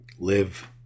Live